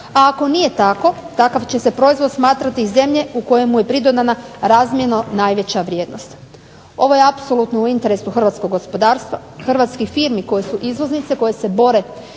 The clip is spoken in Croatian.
A ako nije tako, takav će se proizvod smatrati iz zemlje kojemu je pridodana razmjerno najveća vrijednost. Ovo je apsolutno u interesu hrvatskog gospodarstva i hrvatskih firmi koje su izvoznice, koje se bore